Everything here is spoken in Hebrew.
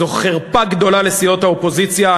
זו חרפה גדולה לסיעות האופוזיציה.